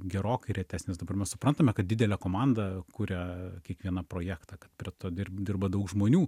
gerokai retesnis dabar mes suprantame kad didelė komanda kuria kiekvieną projektą kad prie to dir dirba daug žmonių